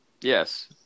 Yes